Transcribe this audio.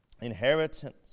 inheritance